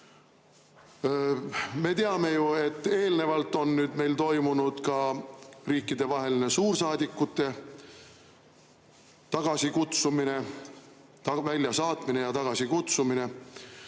Me teame ju, et eelnevalt on meil toimunud ka riikidevaheline suursaadikute väljasaatmine ja tagasikutsumine,